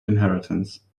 inheritance